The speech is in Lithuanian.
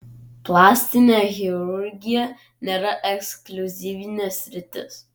plastinė chirurgija nėra ekskliuzyvinė sritis